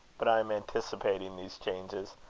but i am anticipating these changes,